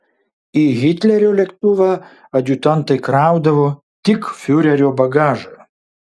į hitlerio lėktuvą adjutantai kraudavo tik fiurerio bagažą